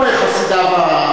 אני לא מחסידיו ה,